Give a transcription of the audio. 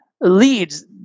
leads